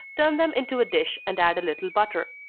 turn them into a dish, and add a little butter.